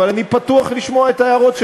ואני לא פוסל דיון בנושא הזה.